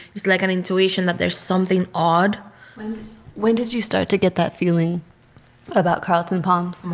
it's like an intuition that there's something odd when did you start to get that feeling about carlton palms?